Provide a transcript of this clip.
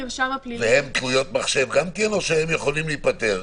והן תלויות מחשב גם כן או שהן יכולות להיפתר?